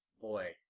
boy